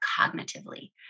cognitively